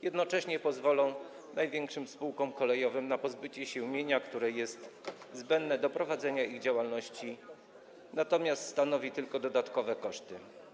Jednocześnie pozwolą one największym spółkom kolejowym na pozbycie się mienia, które jest zbędne do prowadzenia działalności, natomiast generuje tylko dodatkowe koszty.